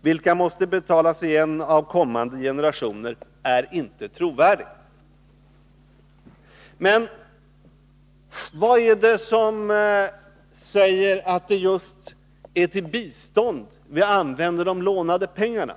vilka måste betalas igen av kommande generationer, är inte trovärdig.” Vad är det som säger att det är just till bistånd vi använder de lånade pengarna?